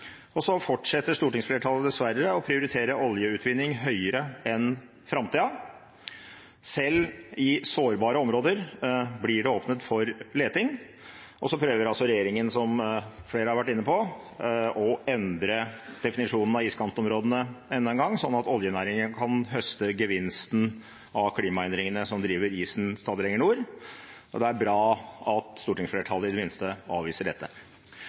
fortsetter dessverre å prioritere oljeutvinning høyere enn framtida. Selv i sårbare områder blir det åpnet for leting. Og så prøver altså regjeringen, som flere har vært inne på, å endre definisjonen av iskantområdene enda en gang, sånn at oljenæringen kan høste gevinsten av klimaendringene som driver isen stadig lenger nord. Det er bra at stortingsflertallet i det minste avviser dette.